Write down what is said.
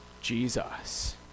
Jesus